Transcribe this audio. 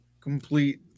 complete